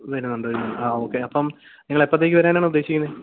വരുന്നുണ്ട് വരുന്നുണ്ട് ആ ഓക്കെ അപ്പോള് നിങ്ങളെപ്പോഴത്തേക്കു വരാനാണ് ഉദ്ദേശിക്കുന്നത്